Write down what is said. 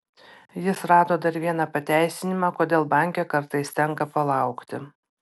jis rado dar vieną pateisinimą kodėl banke kartais tenka palaukti